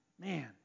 Man